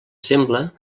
sembla